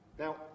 Now